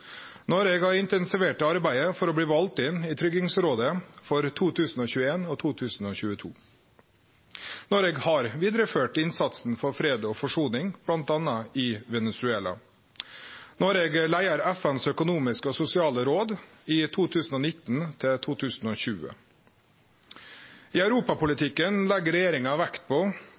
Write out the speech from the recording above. Noreg har intensivert arbeidet for å bli valt inn i Tryggingsrådet for 2021–2022. Noreg har vidareført innsatsen for fred og forsoning, bl.a. i Venezuela. Noreg leier FNs økonomiske og sosiale råd i 2019–2020. I europapolitikken legg regjeringa vekt på